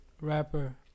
rapper